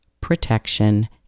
protection